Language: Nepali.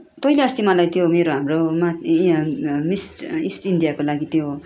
तैँले अस्ति मलाई त्यो मेरो हाम्रोमा यहाँ मिस् इस्ट इन्डियाको लागि त्यो